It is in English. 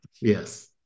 Yes